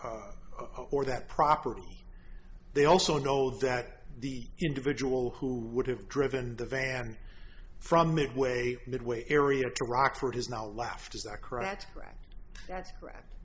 or that property they also know that the individual who would have driven the van from midway midway area to rockford is now left is that correct correct that's correct